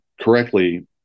correctly